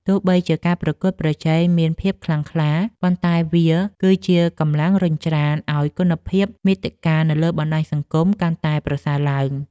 ទោះបីជាការប្រកួតប្រជែងមានភាពខ្លាំងក្លា ប៉ុន្តែវាគឺជាកម្លាំងរុញច្រានឱ្យគុណភាពមាតិកានៅលើបណ្ដាញសង្គមកាន់តែប្រសើរឡើង។